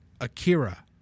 Akira